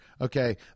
okay